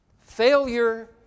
failure